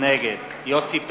נגד יוסי פלד,